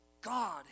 God